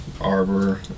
arbor